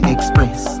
Express